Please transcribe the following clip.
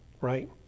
right